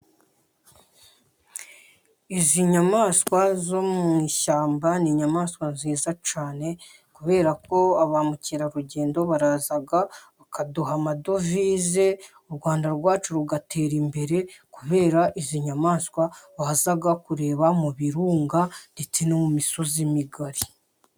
Izi nyamaswa zo mu ishyamba ni inyamaswa nziza cyane kubera ko ba mukerarugendo baraza bakaduha amadovize, u Rwanda rwacu rugatera imbere kubera izi nyamaswa baza kureba mu birunga ndetse no mu misozi migari.